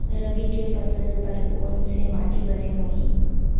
रबी के फसल बर कोन से माटी बने होही?